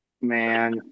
Man